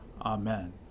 Amen